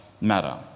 matter